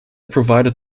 provided